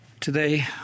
Today